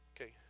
Okay